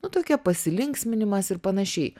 nu tokia pasilinksminimas ir panašiai